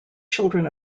children